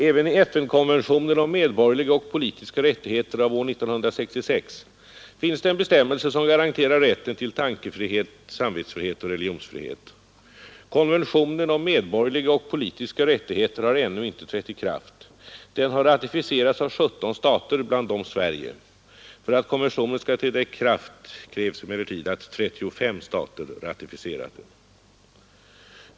Även i FN-konventionen om medborgerliga och politiska rättigheter av år 1966 finns det en bestämmelse som garanterar rätten till tankefrihet, samvetsfrihet och religionsfrihet. Konventionen om medborgerliga och politiska rättigheter har ännu inte trätt i kraft. Den har ratificerats av 17 stater, bland dem Sverige. För att konventionen skall träda i kraft krävs emellertid att 35 stater ratificerat den.